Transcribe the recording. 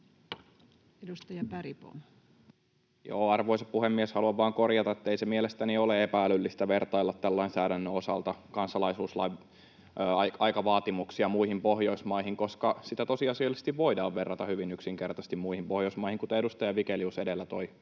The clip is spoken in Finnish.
Edustaja Bergbom. Arvoisa puhemies! Haluan vain korjata, ettei mielestäni ole epä-älyllistä vertailla tämän lainsäädännön osalta kansalaisuuslain aikavaatimuksia muihin Pohjoismaihin, koska sitä tosiasiallisesti voidaan verrata hyvin yksinkertaisesti muihin Pohjoismaihin, kuten edustaja Vigelius edellä toi